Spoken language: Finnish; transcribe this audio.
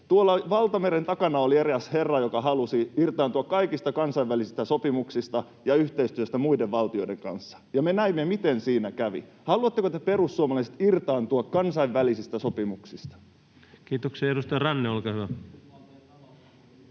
Tuolla valtameren takana oli eräs herra, joka halusi irtaantua kaikista kansainvälisistä sopimuksista ja yhteistyöstä muiden valtioiden kanssa, ja me näimme, miten siinä kävi. Haluatteko te, perussuomalaiset, irtaantua kansainvälisistä sopimuksista? [Ville Tavio: Yhdysvaltojen taloushan voi